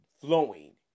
flowing